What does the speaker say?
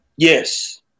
Yes